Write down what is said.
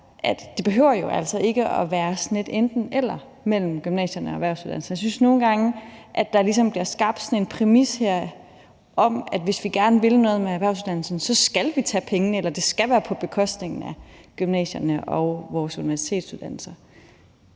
ikke behøver at være sådan et enten-eller mellem gymnasierne og erhvervsuddannelserne. Jeg synes nogle gange, at der ligesom bliver skabt sådan en præmis her om, at hvis vi gerne vil noget med erhvervsuddannelserne, skal vi tage pengene, eller det skal være på bekostning af gymnasierne og vores universitetsuddannelser.